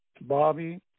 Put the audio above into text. Bobby